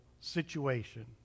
situation